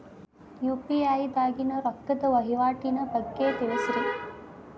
UPI ದಾಗಿನ ರೊಕ್ಕದ ವಹಿವಾಟಿನ ಬಗ್ಗೆ ತಿಳಸ್ರಿ